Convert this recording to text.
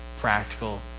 practical